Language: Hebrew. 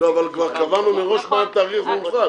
כבר קבענו מראש מה התעריף המופחת.